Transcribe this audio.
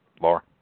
Laura